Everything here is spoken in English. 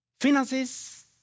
Finances